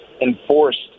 enforced